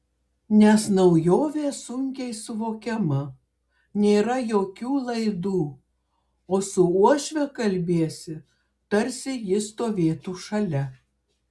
nes naujovė sunkiai suvokiama nėra jokių laidų o su uošve kalbiesi tarsi ji stovėtų šalia